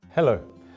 Hello